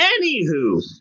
Anywho